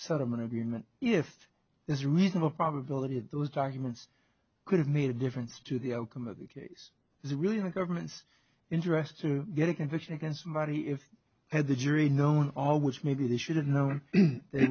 settlement agreement if there's reasonable probability that those documents could have made a difference to the outcome of the case is really the government's interest to get a conviction against somebody if i had the jury known all which maybe they should have known they